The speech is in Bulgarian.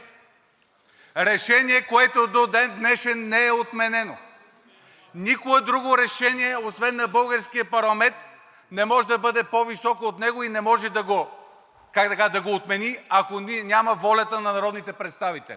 решение, което до ден днешен не е отменено. Никое друго решение освен на българския парламент не може да бъде по-високо от него и не може да го, как да кажа, да го отмени, ако няма волята на народните представители!